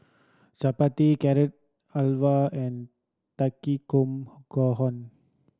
Chapati Carrot Halwa and Takikomi Gohan